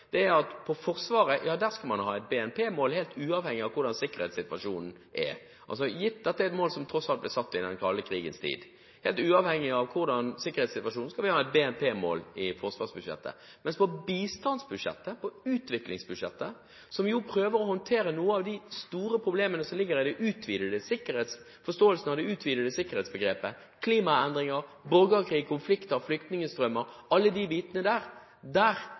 er at på forsvarsbudsjettet skal man ha et BNP-mål helt uavhengig av hvordan sikkerhetssituasjonen er, gitt at det er et mål som tross alt ble satt i den kalde krigens tid. Helt uavhengig av hvordan sikkerhetssituasjonen er, skal vi ha et BNP-mål i forsvarsbudsjettet. Mens på bistandsbudsjettet, på utviklingsbudsjettet, som prøver å håndtere noen av de store problemene som ligger i forståelsen av det utvidede sikkerhetsbegrepet: klimaendringer, borgerkrig, konflikter og flyktningstrømmer – alle de bitene der